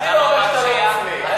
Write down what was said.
אני לא אומר שאתה לא מופלה,